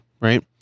right